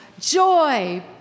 joy